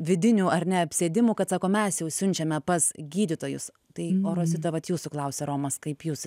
vidinių ar ne apsėdimų kad sako mes jau siunčiame pas gydytojus tai rosita vat jūsų klausia romas kaip jūs